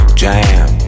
jam